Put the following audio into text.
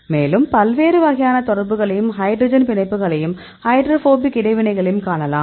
மேலும் பல்வேறு வகையான தொடர்புகளையும் ஹைட்ரஜன் பிணைப்புகளையும் ஹைட்ரோபோபிக் இடைவினைகளையும் காணலாம்